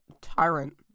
tyrant